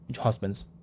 husbands